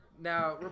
Now